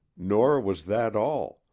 nor was that all,